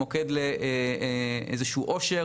הן מוקד לאיזשהו עושר,